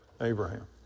Abraham